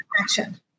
action